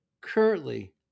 currently